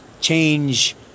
change